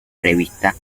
revista